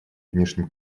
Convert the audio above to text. внешним